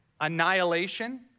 annihilation